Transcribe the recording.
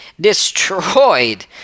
destroyed